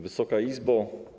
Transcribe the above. Wysoka Izbo!